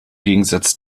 gegensatz